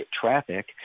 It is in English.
traffic